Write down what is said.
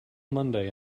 monday